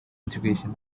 education